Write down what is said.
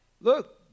Look